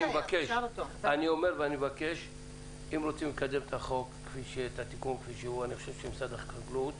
אם רוצים לקדם את החוק אז משרד החקלאות